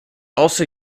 also